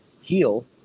heal